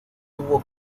tuvo